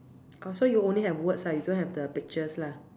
oh so you only have words ah you don't have the pictures lah